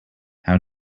how